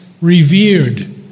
revered